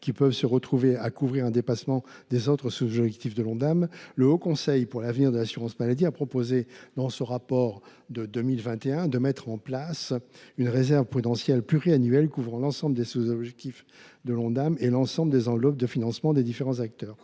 peuvent se retrouver à couvrir un dépassement des autres sous objectifs de l’Ondam, le Haut Conseil pour l’avenir de l’assurance maladie (HCAAM) a proposé, dans son rapport de 2021, de mettre en place une réserve prudentielle pluriannuelle couvrant l’ensemble des sous objectifs de l’Ondam et l’ensemble des enveloppes de financement des différents acteurs.